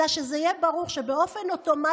אלא זה יהיה ברור שבאופן אוטומטי,